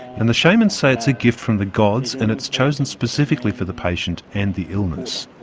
and the shamans say it's a gift from the gods and it's chosen specifically for the patient and the illness.